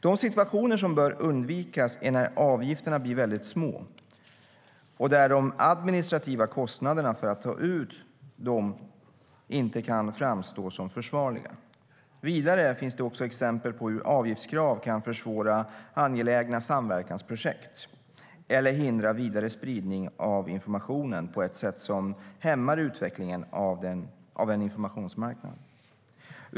De situationer som bör undvikas är när avgifterna blir mycket små och de administrativa kostnaderna för att ta ut dem inte kan framstå som försvarliga. Vidare finns det också exempel på hur avgiftskrav kan försvåra angelägna samverkansprojekt eller hindra vidare spridning av informationen på ett sätt som hämmar utvecklingen av en informationsmarknad.